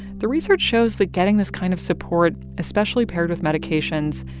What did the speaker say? the research shows that getting this kind of support, especially paired with medications,